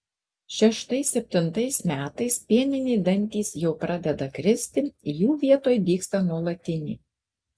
šeštais septintais metais pieniniai dantys jau pradeda kristi jų vietoj dygsta nuolatiniai